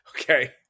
Okay